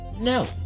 No